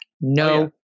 No